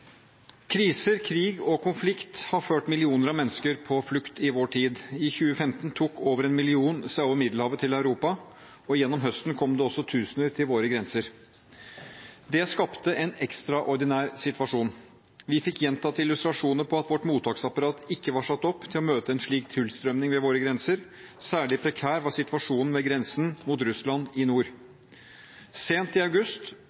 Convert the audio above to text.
Kriser, krig og konflikt har ført millioner av mennesker på flukt i vår tid. I 2015 tok over én million seg over Middelhavet til Europa, og gjennom høsten kom det også tusener til våre grenser. Det skapte en ekstraordinær situasjon. Vi fikk gjentatte illustrasjoner på at vårt mottaksapparat ikke var satt opp til å møte en slik tilstrømning ved våre grenser. Særlig prekær var situasjonen ved grensen mot Russland i nord. Sent i august